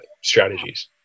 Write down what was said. strategies